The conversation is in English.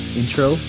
intro